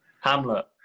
Hamlet